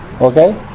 Okay